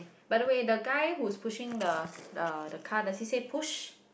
by the way the guy who's pushing the the the car does he say push